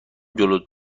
جلوت